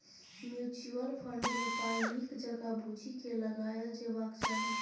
mutual fund मे पाइ नीक जकाँ बुझि केँ लगाएल जेबाक चाही